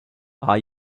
are